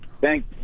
Thank